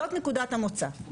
זאת נקודת המוצא.